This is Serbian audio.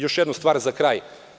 Još jednu stvar za kraj.